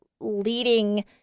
leading